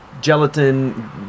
gelatin